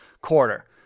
quarter